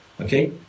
Okay